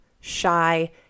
shy